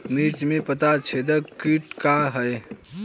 मिर्च में पता छेदक किट का है?